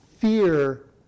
fear